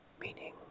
meaning